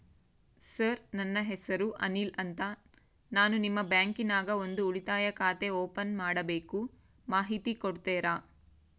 Sir ನನ್ನ ಹೆಸರು ಅನಿಲ್ ಅಂತ ನಾನು ನಿಮ್ಮ ಬ್ಯಾಂಕಿನ್ಯಾಗ ಒಂದು ಉಳಿತಾಯ ಖಾತೆ ಓಪನ್ ಮಾಡಬೇಕು ಮಾಹಿತಿ ಕೊಡ್ತೇರಾ?